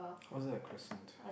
how is that a crescent